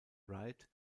wright